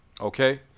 Okay